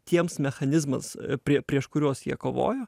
tiems mechanizmas prie prieš kuriuos jie kovojo